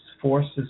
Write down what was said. forces